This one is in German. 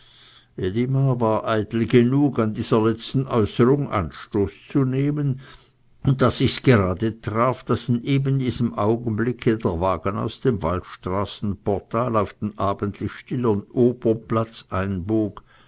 war eitel genug an dieser letzteren äußerung anstoß zu nehmen und da sich's gerade traf daß in eben diesem augenblicke der wagen aus dem wallstraßenportal auf den abendlich stillen opernplatz einbog